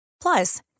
Plus